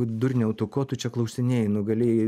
durniau tu ko tu čia klausinėji nu galėjai